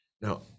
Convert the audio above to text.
Now